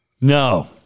No